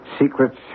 Secrets